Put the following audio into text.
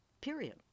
period